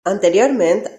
anteriorment